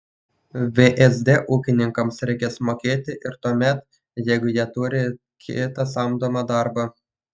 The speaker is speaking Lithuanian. vsd ūkininkams reikės mokėti ir tuomet jeigu jie turi kitą samdomą darbą